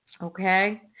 Okay